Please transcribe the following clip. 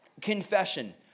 Confession